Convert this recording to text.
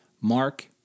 Mark